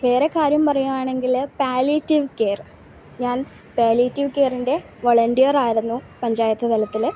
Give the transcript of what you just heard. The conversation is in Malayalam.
വേറെ കാര്യം പറയുവാണെങ്കിൽ പാലിയേറ്റിവ് കെയർ ഞാൻ പാലിയേറ്റിവ് കെയറിൻ്റെ വോളണ്ടിയർ ആയിരുന്നു പഞ്ചായത്ത് തലത്തിൽ